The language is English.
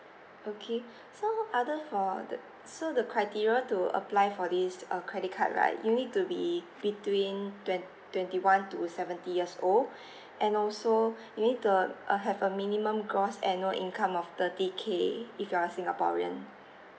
okay so other for so the criteria to apply for this uh credit card right you need to be between twen~ twenty one to seventy years old and also you need to uh have a minimum gross annual income of thirty K if you're a singaporean